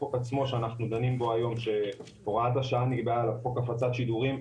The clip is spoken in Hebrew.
החוק עצמו שאנחנו דנים בו היום שהוראת השעה נקבעה על חוק הפצת שידורים,